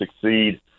succeed